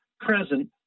present